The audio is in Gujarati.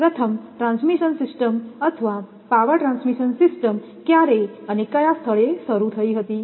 પ્રથમ ટ્રાન્સમિશન સિસ્ટમ અથવા પાવર ટ્રાન્સમિશન સિસ્ટમ ક્યારે અને કયા સ્થળે શરૂ થઈ હતી